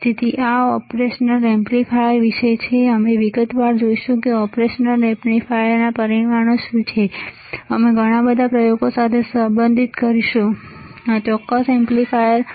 તેથી આ operation amplifier વિશે છે અમે વિગતવાર જોઈશું કે ઓપરેશન એમ્પ્લીફાયર માટેના પરિમાણો શું છે અને અમે ઘણા પ્રયોગો સાથે સહસંબંધિત કરીશું કે આ ચોક્કસ ઓપરેશન એમ્પ્લીફાયરનો ઉપયોગ શું છે